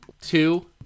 two